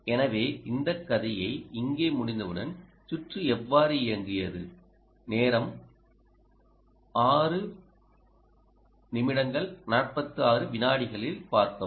எனவே இந்த கதையை இங்கே முடித்தவுடன் சுற்று எவ்வாறு இயங்கியது நேரம் 0646 ஐப் பார்க்கவும்